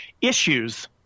Issues